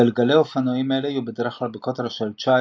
גלגלי אופנועים אלו יהיו בדרך כלל בקוטר של 19